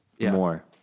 more